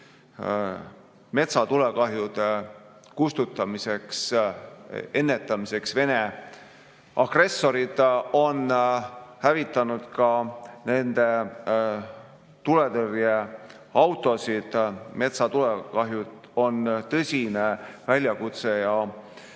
metsatulekahjude kustutamiseks ja nende ennetamiseks. Vene agressorid on hävitanud ka nende tuletõrjeautosid. Metsatulekahjud on tõsine väljakutse ja